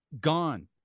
gone